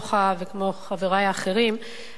כמוך וכמו חברי האחרים,